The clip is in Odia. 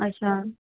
ଆଚ୍ଛା